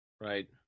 Right